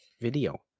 video